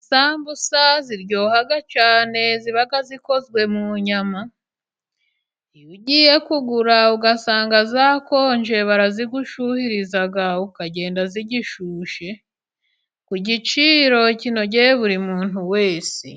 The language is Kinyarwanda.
Isambusa ziryoha cyane, ziba zikoze mu nyama, iyo ugiye kugura ugasanga zakonje barazigushyuriza ukagenda zigishyushye ku giciro kinogeye buri muntu wese.